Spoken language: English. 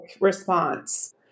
response